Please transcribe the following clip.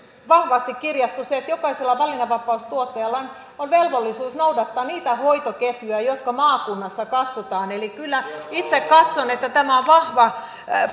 vahvasti kirjattu se että jokaisella valinnanvapaustuottajalla on velvollisuus noudattaa niitä hoitoketjuja jotka maakunnassa katsotaan eli kyllä itse katson että tämä on vahva